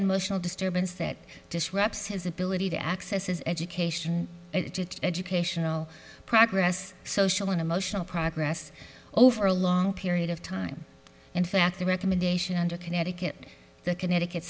emotional disturbance that disrupts his ability to access education educational progress social and emotional progress over a long period of time in fact the recommendation under connecticut the connecticut